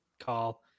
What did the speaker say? call